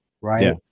right